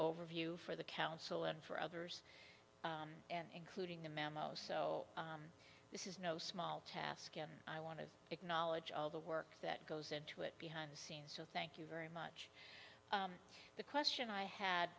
overview for the council and for others and including the memo so this is no small task and i want to acknowledge all the work that goes into it behind the scenes so thank you very much the question i had